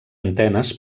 antenes